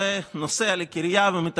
ודווקא אם כן תקשיב,